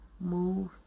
move